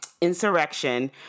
Insurrection